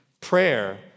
prayer